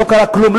לא קרה כלום.